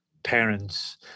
parents